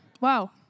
Wow